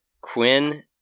Quinn